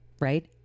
right